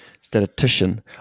Statistician